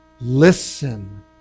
Listen